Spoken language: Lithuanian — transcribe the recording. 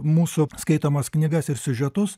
mūsų skaitomas knygas ir siužetus